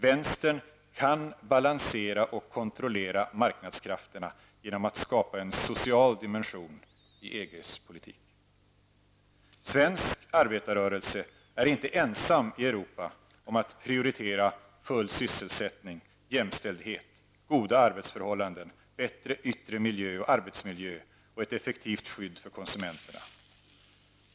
Vänstern kan balansera och kontrollera marknadskrafterna genom att skapa en -- Svensk arbetarrörelse är inte ensam i Europa om att prioritera full sysselsättning, jämställdhet, goda arbetsförhållanden, bättre yttre miljö och arbetsmiljö och ett effektivt skydd för konsumenterna.